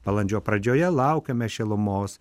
balandžio pradžioje laukiame šilumos